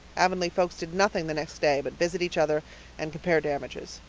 avonlea folks did nothing the next day but visit each other and compare damages.